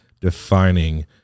defining